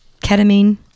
ketamine